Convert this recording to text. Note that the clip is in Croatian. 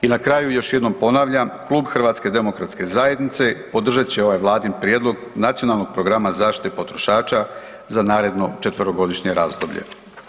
I na kraju još jednom ponavljam, Klub HDZ-a podržat će ovaj vladin prijedlog Nacionalnog programa zaštite potrošača za naredno 4-godišnje razdoblje.